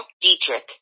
Dietrich